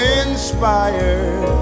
inspired